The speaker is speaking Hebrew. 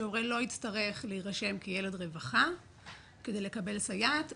שהורה לא יצטרך להירשם כילד רווחה כדי לקבל סייעת,